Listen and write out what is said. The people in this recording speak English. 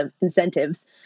incentives